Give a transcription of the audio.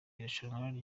irushanwa